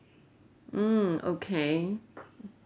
mm okay